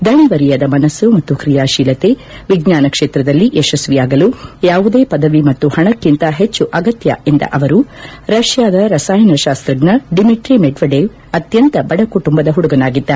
ದಣಿವರಿಯದ ಮನಸ್ಸು ಮತ್ತು ತ್ರಿಯಾತೀಲತೆ ವಿಜ್ಟಾನ ಕ್ಷೇತ್ರದಲ್ಲಿ ಯಶಸ್ವಿಯಾಗಲು ಯಾವುದೇ ಪದವಿ ಮತ್ತು ಹಣಕಿಂತ ಹೆಚ್ಚು ಅಗತ್ಯ ಎಂದ ಅವರು ರಷ್ಣಾದ ರಸಾಯನ ಶಾಸ್ತಜ್ಞ ಡಿಮಿಟ್ರ ಮೆಡ್ಡಡೇವ್ ಅತ್ಯಂತ ಬಡಕುಟುಂಬದ ಹುಡುಗನಾಗಿದ್ದ